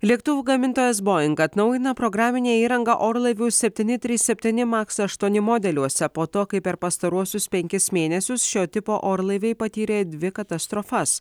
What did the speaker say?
lėktuvų gamintojas boing atnaujina programinę įrangą orlaivių septyni trys septyni max aštuoni modeliuose po to kai per pastaruosius penkis mėnesius šio tipo orlaiviai patyrė dvi katastrofas